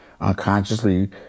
unconsciously